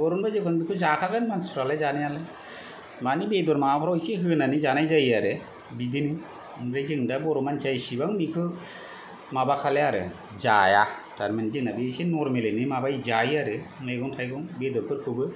बरनबा जिखुनु बेखौ जाखागोन मानसिफ्रालाय जानायालाय माने बेदर माबाफ्राव इसे होनानै जानाय जायो आरो बिदिनो ओमफ्राय जों दा बर' मानसिया इसेबां बेखो माबा खालाया आरो जाया तारमाने जोंना बे नरमेलै माबायो जायो आरो मैगं थाइगं बेदरफोरखौबो